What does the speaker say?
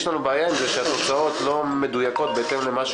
לנו בעיה עם זה שהתוצאות לא מדויקות בהתאם למה שהצביעו.